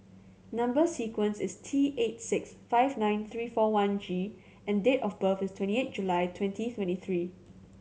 number sequence is T eight six five nine three four one G and date of birth is twenty eight July twenty twenty three